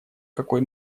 какой